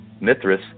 Mithras